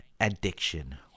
addiction